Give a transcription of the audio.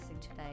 today